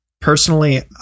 personally